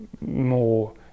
more